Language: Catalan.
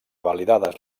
validades